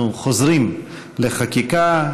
אנחנו חוזרים לחקיקה.